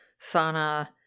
Sauna –